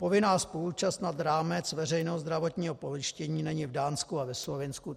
Povinná spoluúčast nad rámec veřejného zdravotního pojištění není v Dánsku a ve Slovinsku.